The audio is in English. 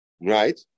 right